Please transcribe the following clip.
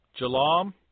Jalam